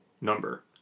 number